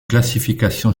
classification